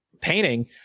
painting